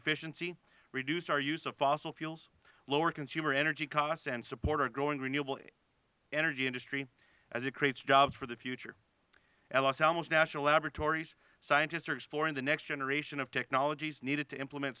efficiency reduce our use of fossil fuels lower consumer energy costs and support our growing renewable energy industry as it creates jobs for the future at los alamos national laboratories scientists are exploring the next generation of technologies needed to implement